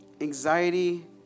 anxiety